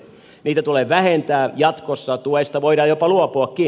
niitä tulee vähentää jatkossa tuesta voidaan jopa luopuakin